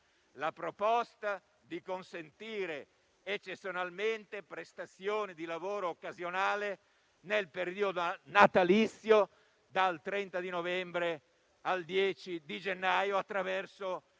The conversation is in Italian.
una proposta volta a consentire eccezionalmente prestazioni di lavoro occasionale nel periodo natalizio, dal 30 novembre al 10 gennaio, attraverso